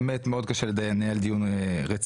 באמת מאוד קשה לנהל דיון רציני.